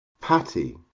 patty